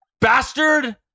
bastard